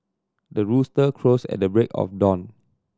the rooster crows at the break of dawn